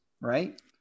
right